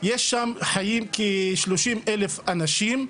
יש שם חיים כ-30,000 אנשים.